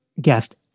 guest